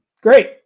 great